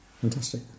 Fantastic